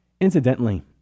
Incidentally